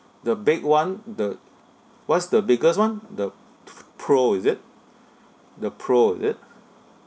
the big one the what's the biggest one the p~ pro is it the pro is it